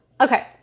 Okay